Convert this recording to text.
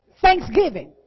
thanksgiving